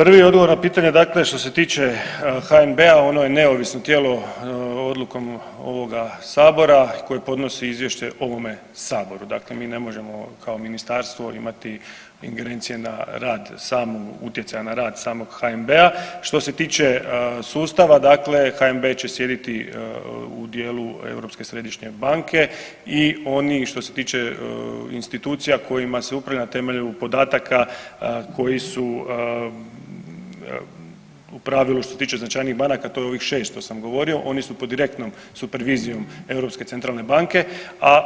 Prvi odgovor na pitanje, dakle što se tiče HNB-a, ono je neovisno tijelo odlukom ovoga Sabora koje podnosi izvješće ovome Saboru, dakle mi ne možemo kao ministarstvo imati ingerencije na rad samu, utjecaja na rad samog HNB-a. što se tiče sustava, dakle HNB će sjediti u dijelu Europske središnje banke i oni što se tiče institucija kojima se upravlja na temelju podataka koji su u pravilu što se tiče značajnijih banaka, to je ovih 6 sam govorio, oni su pod direktnom supervizijom Europske centralne banke, a